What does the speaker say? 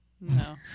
No